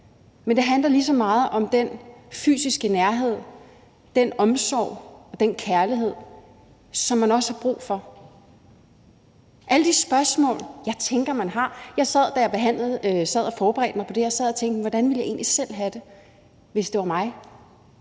men det handler lige så meget om den fysiske nærhed, den omsorg og den kærlighed, som man også har brug for, og alle de spørgsmål, jeg tænker man har. Da jeg forberedte mig på det her, sad jeg og tænkte på, hvordan jeg egentlig selv ville have det, hvis det var mig.